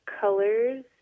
colors